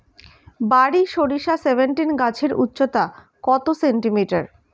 বারি সরিষা সেভেনটিন গাছের উচ্চতা কত সেমি?